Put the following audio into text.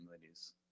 ladies